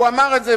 הוא אמר את זה,